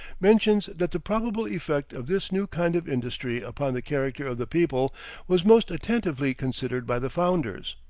mentions that the probable effect of this new kind of industry upon the character of the people was most attentively considered by the founders.